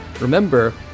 Remember